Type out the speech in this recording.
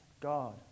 God